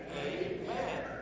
amen